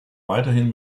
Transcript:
weiterhin